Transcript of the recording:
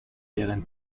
deren